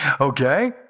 Okay